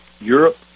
Europe